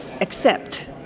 accept